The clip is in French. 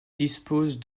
dispose